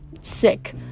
sick